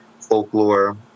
folklore